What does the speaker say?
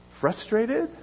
frustrated